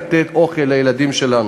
לתת אוכל לילדים שלנו.